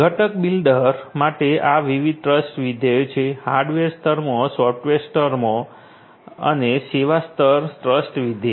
ઘટક બિલ્ડર માટે આ વિવિધ ટ્રસ્ટ વિધેયો છે હાર્ડવેર સ્તરમાં સોફ્ટવેર સ્તરમાં અને સેવા સ્તર ટ્રસ્ટ વિધેય